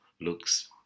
looks